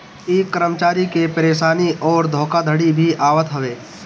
इमें कर्मचारी के परेशानी अउरी धोखाधड़ी भी आवत हवे